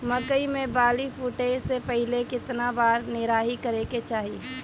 मकई मे बाली फूटे से पहिले केतना बार निराई करे के चाही?